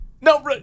No